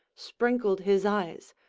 sprinkled his eyes,